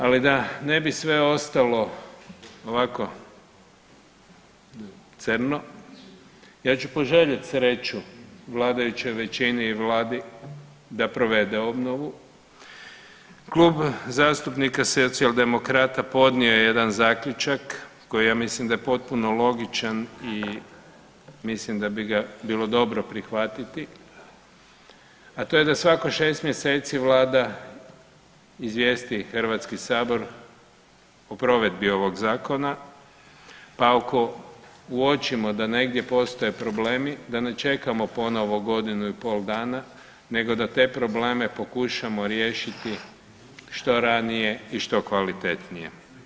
Ali da ne bi sve ostalo ovako crnu, ja ću poželjeti sreću vladajućoj većini i vladi da provede obnovu, Klub zastupnika Socijaldemokrata podnio je jedan zaključak koji ja mislim da je potpuno logičan i mislim da bi ga bilo dobro prihvatiti, a to je da svako šest mjeseci vlada izvijesti HS o provedbi ovog zakona, pa ako uočimo da negdje postoje problemi, da ne čekamo ponovno godinu i pol dana nego da te probleme pokušamo riješiti što ranije i što kvalitetnije.